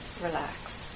relax